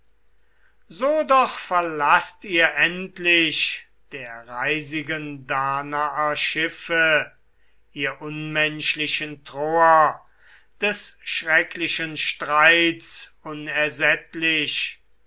so doch verlaßt ihr endlich der reisigen danaer schiffe ihr unmenschlichen troer des schrecklichen streits unersättlich